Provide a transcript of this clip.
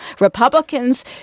Republicans